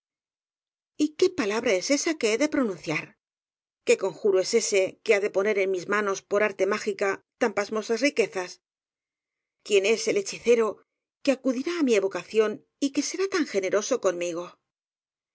qué palabra es esa que he de pronunciar qué conjuro es ese que ha de poner en mis ma nos por arte mágica tan pasmosas riquezas quién es el hechicero que acudirá á mi evocación y que será tan generoso conmigo